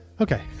Okay